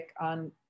on